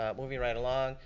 ah moving right along.